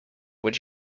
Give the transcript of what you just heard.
would